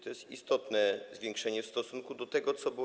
To jest istotne zwiększenie w stosunku do tego, co było.